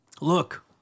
look